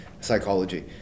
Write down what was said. psychology